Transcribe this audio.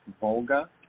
Volga